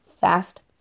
fast